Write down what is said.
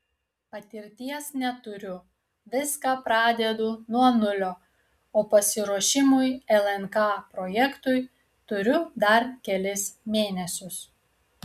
patirties neturiu viską pradedu nuo nulio o pasiruošimui lnk projektui turiu dar kelis mėnesius